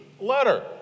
letter